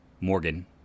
Morgan